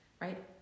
right